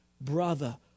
brother